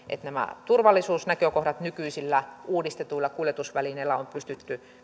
nämä turvallisuusnäkökohdat nykyisillä uudistetuilla kuljetusvälineillä on pystytty